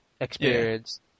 experience